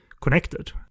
connected